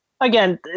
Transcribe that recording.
Again